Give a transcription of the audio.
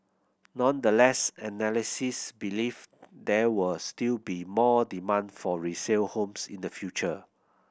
nonetheless analysts believe there will still be more demand for resale homes in the future